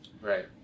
Right